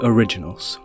Originals